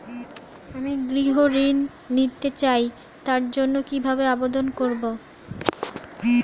আমি গৃহ ঋণ নিতে চাই তার জন্য কিভাবে আবেদন করব?